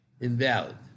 invalid